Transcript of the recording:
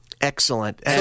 Excellent